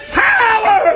power